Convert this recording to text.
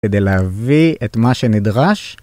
‫כדי להביא את מה שנדרש.